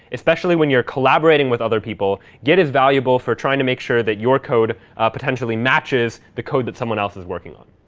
especially when you're collaborating with other people, git is valuable for trying to make sure that your code potentially matches the code that someone else is working on.